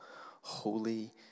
Holy